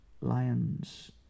lions